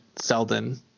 Selden